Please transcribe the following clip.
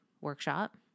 workshop